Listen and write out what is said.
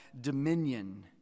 dominion